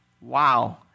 Wow